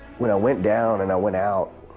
when i went down, and i went out,